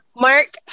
Mark